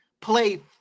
play